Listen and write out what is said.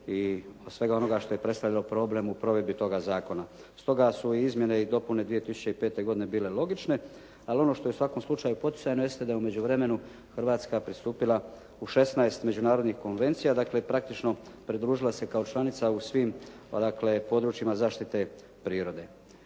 i svega onoga što je predstavljalo problem u provedbi toga zakona. Stoga su izmjene i dopune 2005. godine bile logične. Ali ono što je u svakom slučaju poticajno jeste da je u međuvremenu Hrvatska pristupila u 16 međunarodnih konvencija dakle praktično pridružila se kao članica u svim dakle područjima zaštite prirode.